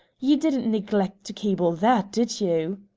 you didn't neglect to cable that, did you?